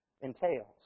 entails